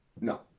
No